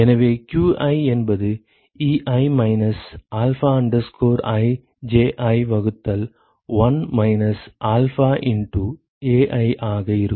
எனவே qi என்பது Ei minus alpha i Ji வகுத்தல் 1 மைனஸ் அல்ஃபா இண்டு Ai ஆக இருக்கும்